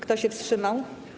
Kto się wstrzymał?